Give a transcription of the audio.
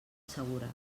segura